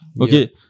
Okay